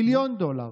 מיליון דולר,